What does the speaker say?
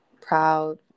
proud